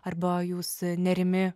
arba jūs nerimi